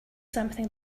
something